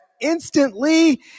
instantly